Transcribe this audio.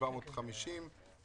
ה-3,750 שקלים.